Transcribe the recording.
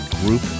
group